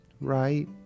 right